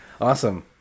awesome